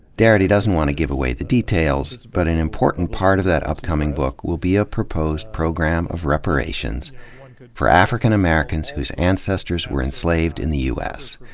darity doesn't want to give away the details, but an important part of that upcoming book will be a proposed program of reparations for african americans whose ancestors were enslaved in the u s.